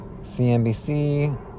CNBC